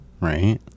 Right